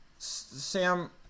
Sam